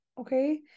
Okay